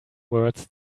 words